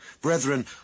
Brethren